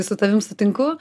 su tavim sutinku